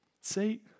See